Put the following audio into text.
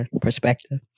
perspective